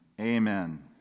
Amen